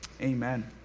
amen